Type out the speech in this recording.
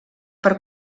per